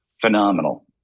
phenomenal